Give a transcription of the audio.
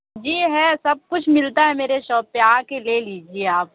جی ہے سب کچھ ملتا ہے میرے شاپ پہ آ کے لے لیجیے آپ